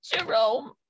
jerome